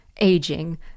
Aging